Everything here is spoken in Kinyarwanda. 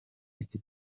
iki